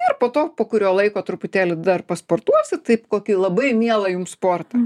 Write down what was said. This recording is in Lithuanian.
ir po to po kurio laiko truputėlį dar pasportuosit taip kokį labai mielą jums sportą